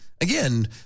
again